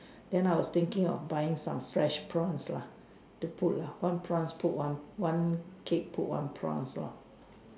there are not was thinking of buying some fresh province lah two one province put one one cake put one province lah